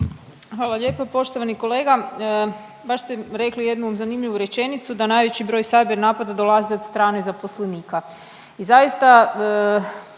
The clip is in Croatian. Hvala lijepo. Poštovani kolega, baš ste rekli jednu zanimljivu rečenicu, da najveći broj cyber napada dolazi od strane zaposlenika